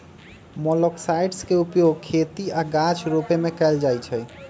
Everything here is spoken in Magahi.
मोलॉक्साइड्स के उपयोग खेती आऽ गाछ रोपे में कएल जाइ छइ